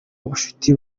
ubucuti